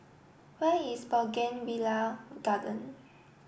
where is Bougainvillea Garden